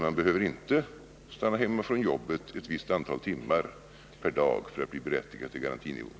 Man behöver inte stanna hemma från jobbet ett visst antal timmar per dag för att bli berättigad till garantinivån.